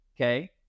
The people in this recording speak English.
okay